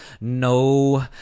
no